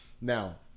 Now